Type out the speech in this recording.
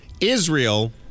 Israel